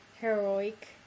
heroic